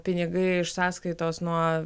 pinigai iš sąskaitos nuo